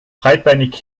breitbeinig